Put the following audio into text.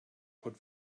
put